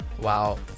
Wow